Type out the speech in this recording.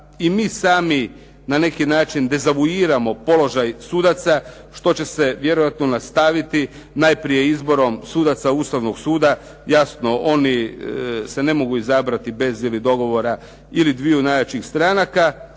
i mi sami na neki način dezavuiramo položaj sudaca što će se vjerojatno nastaviti najprije izborom sudaca ustavnog suda. Jasno oni se ne mogu izbrati bez ili dogovora ili dviju najjačih stranaka